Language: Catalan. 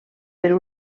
per